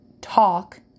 TALK